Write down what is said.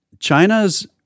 China's